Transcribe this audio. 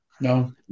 No